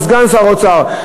ולסגן שר האוצר,